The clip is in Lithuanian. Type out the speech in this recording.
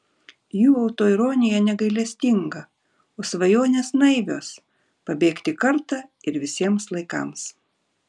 jų autoironija negailestinga o svajonės naivios pabėgti kartą ir visiems laikams